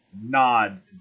nod